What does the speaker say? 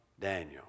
Daniel